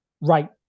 right